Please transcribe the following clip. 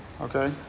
Okay